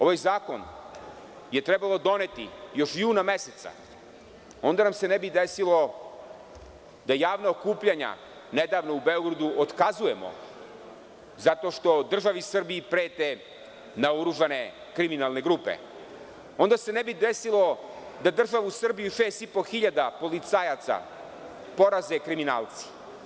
Ovaj zakon je trebalo doneti još juna meseca i tada nam se ne bi desilo da javna okupljanja, nedavno u Beogradu, otkazujemo zato što državi Srbiji prete naoružane kriminalne grupe, ne bi se desilo da državu Srbiju, 6.500 policajaca poraze kriminalci.